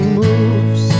moves